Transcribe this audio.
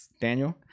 Daniel